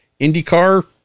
indycar